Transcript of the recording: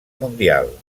mundial